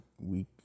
week